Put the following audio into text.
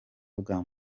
bwa